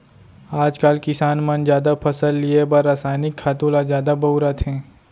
आजकाल किसान मन जादा फसल लिये बर रसायनिक खातू ल जादा बउरत हें